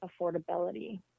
affordability